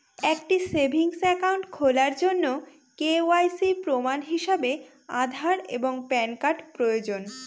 একটি savings account খোলার জন্য কে.ওয়াই.সি প্রমাণ হিসাবে আধার এবং প্যান কার্ড প্রয়োজন